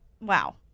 wow